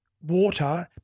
water